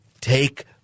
Take